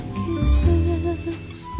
kisses